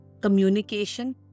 communication